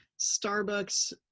Starbucks